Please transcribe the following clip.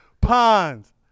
Ponds